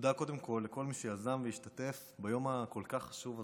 תודה קודם כול לכל מי שיזם והשתתף ביום הכל-כך חשוב הזה.